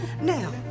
Now